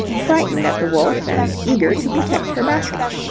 frightened at the wolf and eager to protect her basket.